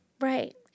Right